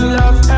love